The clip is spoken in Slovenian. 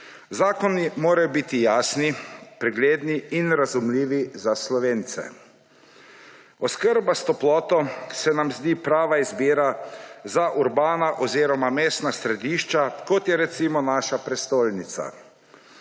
Zakoni morajo biti jasni, pregledni in razumljivi za Slovence. Oskrba s toploto se nam zdi prava izbira za urbana oziroma mestna središča, kot je, recimo, naša prestolnica.